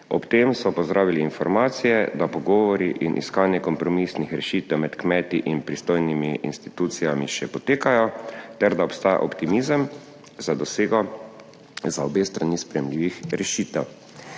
Ob tem so pozdravili informacije, da pogovori in iskanje kompromisnih rešitev med kmeti in pristojnimi institucijami še potekajo ter da obstaja optimizem za dosego za obe strani sprejemljivih rešitev.